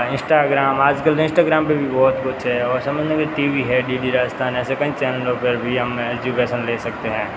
Instagram आज कल तो इन्स्टाग्राम पर भी बहुत कुछ है और समझ लो कि टी वी है डी डी राजस्थान ऐसे कई चैनलों पर भी हम एजुकेसन ले सकते हैं